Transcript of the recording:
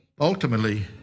ultimately